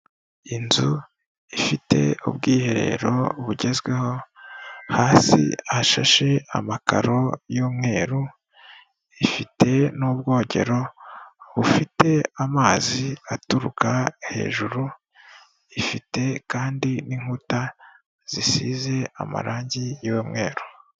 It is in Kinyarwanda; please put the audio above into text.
Inzu ifite ubwiherero bugezweho, hasi hashashe amakaro y'umweru, ifite n'ubwogero bufite amazi aturuka hejuru, ifite kandi n'inkuta zisize amarange y'umweru.